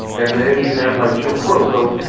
and then you have like jim crow, so,